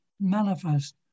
manifest